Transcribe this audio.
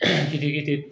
गिदिर गिदिर